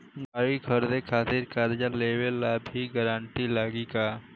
गाड़ी खरीदे खातिर कर्जा लेवे ला भी गारंटी लागी का?